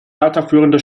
weiterführende